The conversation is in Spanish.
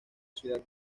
ciudad